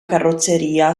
carrozzeria